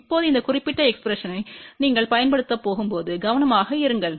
இப்போது இந்த குறிப்பிட்ட எக்ஸ்பிரஸன்டை நீங்கள் பயன்படுத்தப் போகும்போது கவனமாக இருங்கள்